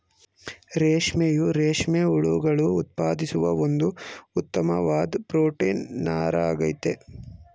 ರೇಷ್ಮೆಯು ರೇಷ್ಮೆ ಹುಳುಗಳು ಉತ್ಪಾದಿಸುವ ಒಂದು ಉತ್ತಮ್ವಾದ್ ಪ್ರೊಟೀನ್ ನಾರಾಗಯ್ತೆ